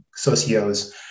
socios